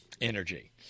energy